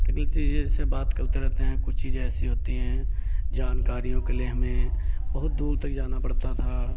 क्योंकि ये जैसे बात करते रहते हैं कुछ चीज़ें ऐसी होती हैं जानकारियों के लिए हमें बहुत दूर तक जाना पड़ता था